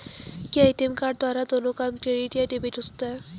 क्या ATM card द्वारा दोनों काम क्रेडिट या डेबिट हो सकता है?